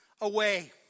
away